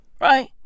Right